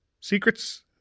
secrets